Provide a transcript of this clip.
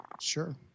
sure